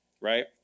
right